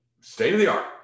state-of-the-art